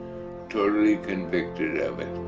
totally convicted of it,